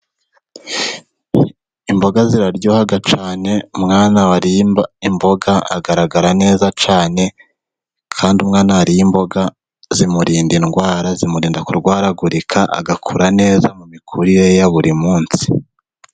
Imboga ziraryoha cyane, umwana wariye imboga agaragara neza cyane, kandi umwana wariye imboga zimurinda indwara, zimurinda kurwaragurika, agakura neza mu mikurire ye ya buri munsi.